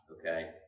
Okay